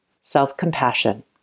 self-compassion